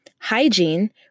hygiene